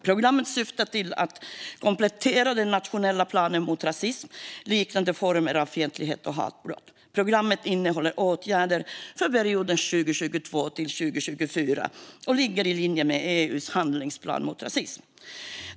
Programmet syftar till att komplettera den nationella planen mot rasism och liknande former av fientlighet och hatbrott. Programmet innehåller åtgärder för perioden 2022-2024 och ligger i linje med EU:s handlingsplan mot rasism.